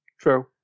True